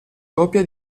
copia